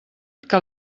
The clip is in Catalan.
que